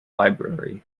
library